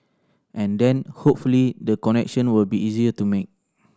and then hopefully the connection will be easier to make